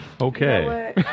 okay